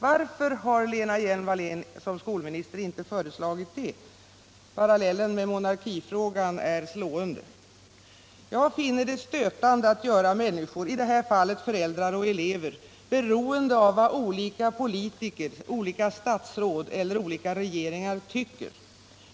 Varför har Lena Hjelm-Wallén som skolminister inte föreslagit det? Parallellen med monarkifrågan är slående. Jag finner det stötande att göra människor — i detta fall föräldrar och elever — beroende av vad olika politiker, olika statsråd eller olika regeringar tycker.